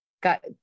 got